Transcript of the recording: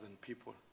people